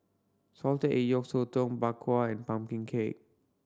salted egg yolk sotong Bak Kwa and pumpkin cake